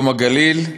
יום הגליל,